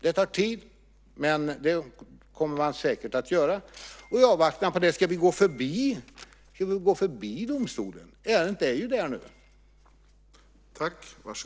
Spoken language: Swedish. Det tar tid, men det kommer man säkert att göra. Men ska vi i avvaktan på det gå förbi domstolen? Ärendet är ju där nu.